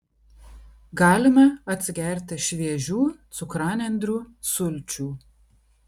galime atsigerti šviežių cukranendrių sulčių